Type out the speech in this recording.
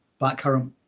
blackcurrant